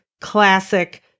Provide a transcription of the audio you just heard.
classic